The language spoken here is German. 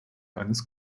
eines